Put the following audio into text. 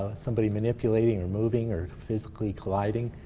somebody manipulating, or moving, or physically colliding.